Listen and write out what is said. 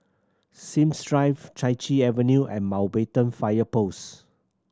Sims Drive Chai Chee Avenue and Mountbatten Fire Post